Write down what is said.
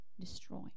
destroy